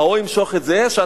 ההוא ימשוך את זה שהטייקונים,